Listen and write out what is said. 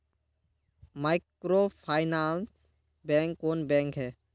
Microfinance bank कौन bank है?